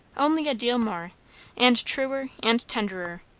only a deal more and truer, and tenderer.